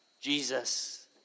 Jesus